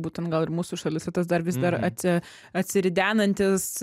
būtent gal ir mūsų šalyse tas dar vis dar atsi atsiridenantis